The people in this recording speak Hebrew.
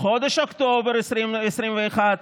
חודש אוקטובר 2021,